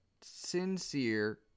sincere